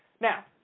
Now